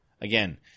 again